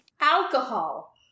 Alcohol